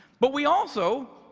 but we also